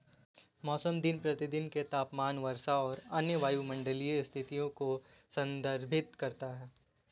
मौसम दिन प्रतिदिन के तापमान, वर्षा और अन्य वायुमंडलीय स्थितियों को संदर्भित करता है